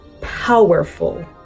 powerful